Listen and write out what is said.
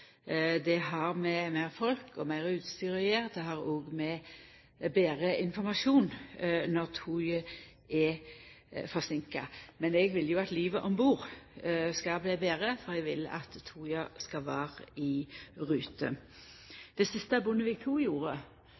Det har med meir folk og meir utstyr å gjera, og det har òg med betre informasjon når toget er forseinka, å gjera. Men eg vil jo at livet om bord skal bli betre, for eg vil at toga skal vera i rute. Det siste Bondevik II gjorde,